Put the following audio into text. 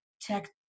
tech